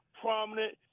prominent